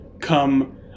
come